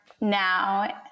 now